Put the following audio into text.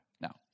Now